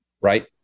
Right